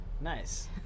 nice